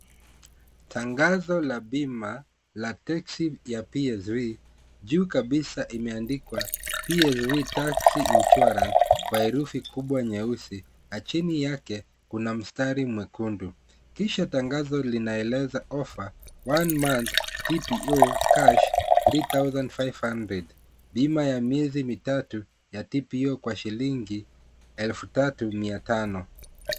Tangazo la bima la teksi ya PSV, juu kabisa imeandikwa PSV Taxi Insurance kwa herufi kubwa nyeusi, na chini yake kuna mstari mwekundu. Kisha tangazo linaeleza ofa, 1-month TPO cash 3,500, bima ya miezi mitatu ya TPO kwa shilingi 3,500.